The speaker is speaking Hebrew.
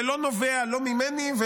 זה לא נובע ממני,